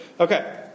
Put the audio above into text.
Okay